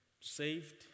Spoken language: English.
Saved